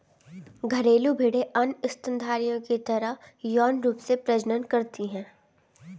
घरेलू भेड़ें अन्य स्तनधारियों की तरह यौन रूप से प्रजनन करती हैं